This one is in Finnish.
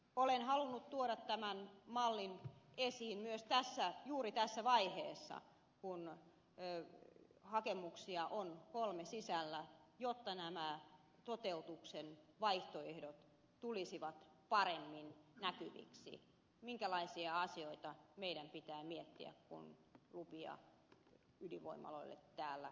olen halunnut tuoda tämän mallin esiin myös juuri tässä vaiheessa kun hakemuksia on kolme sisällä jotta nämä toteutuksen vaihtoehdot tulisivat paremmin näkyviksi se minkälaisia asioita meidän pitää miettiä kun lupia ydinvoimaloille täällä annamme